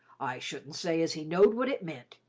i shouldn't say as he knowed what it meant.